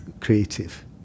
creative